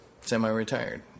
semi-retired